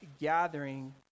gathering